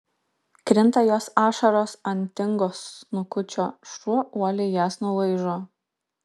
krinta jos ašaros ant tingo snukučio šuo uoliai jas nulaižo